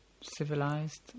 Civilized